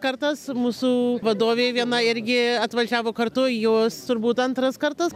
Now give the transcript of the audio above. mano pirmas kartas mūsų vadovė viena irgi atvažiavo kartu jos turbūt antras kartas